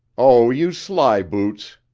oh, you slyboots!